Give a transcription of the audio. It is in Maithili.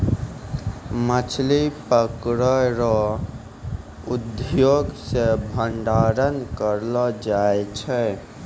मछली पकड़ै रो उद्योग से भंडारण करलो जाय छै